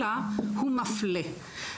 אלא הוא מפלה.